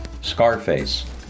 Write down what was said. Scarface